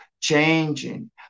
changing